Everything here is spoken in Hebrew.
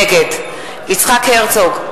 נגד יצחק הרצוג,